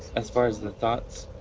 as far as the thoughts.